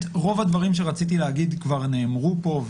באמת שרוב הדברים שרציתי להגיד כבר נאמרו פה,